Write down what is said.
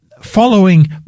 following